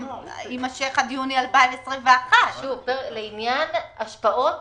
מי שקנה לפני הקורונה וחודשים מרס עד אוקטובר נספרים לו במהלך התקופה,